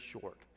short